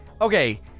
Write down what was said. Okay